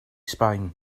sbaen